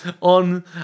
on